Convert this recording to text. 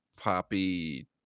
poppy